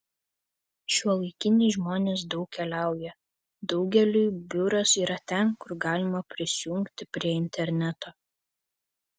šiuolaikiniai žmonės daug keliauja daugeliui biuras yra ten kur galima prisijungti prie interneto